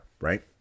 right